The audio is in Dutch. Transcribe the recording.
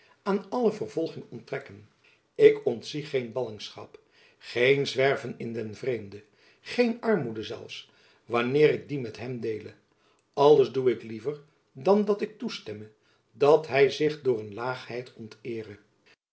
aan alle vervolging onttrekken ik ontzie geen ballingschap geen zwerven in den vreemde geen armoede zelfs wanneer ik die met hem deele alles doe ik liever dan dat ik toestemme dat hy zich door een laagheid onteere